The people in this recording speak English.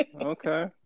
okay